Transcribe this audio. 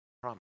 promise